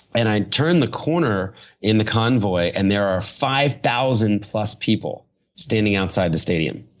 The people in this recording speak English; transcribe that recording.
and i turn the corner in the convoy and there are five thousand plus people standing outside the stadium.